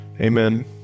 Amen